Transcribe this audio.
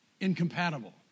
incompatible